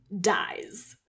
dies